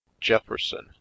jefferson